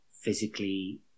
physically